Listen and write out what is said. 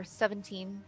seventeen